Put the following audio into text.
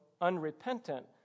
unrepentant